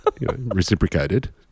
Reciprocated